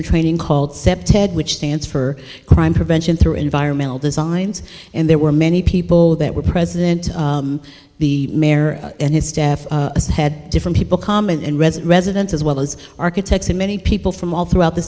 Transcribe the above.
training called septet which stands for crime prevention through environmental designs and there were many people that were president the mayor and his staff had different people common and resit residents as well as architects and many people from all throughout the